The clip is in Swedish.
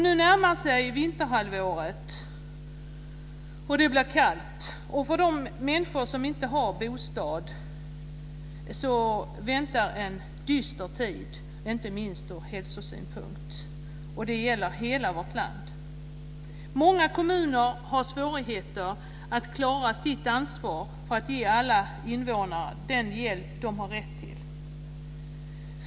Nu närmar sig vinterhalvåret och det blir kallt. För de människor som inte har bostad väntar en dyster tid, inte minst från hälsosynpunkt. Detta gäller i hela vårt land. Många kommuner har svårigheter att klara sitt ansvar för att ge alla invånare den hjälp som de har rätt till.